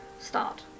start